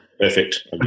Perfect